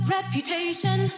Reputation